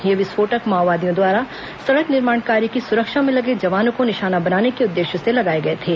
ये विस्फोटक माओवादियों द्वारा सड़क निर्माण कार्य की सुरक्षा में लगे जवानों को निशाना बनाने के उद्देश्य से लगाए गए थे